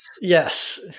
Yes